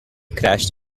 crashed